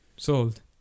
Sold